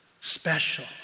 special